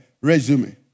resume